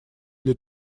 для